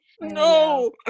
no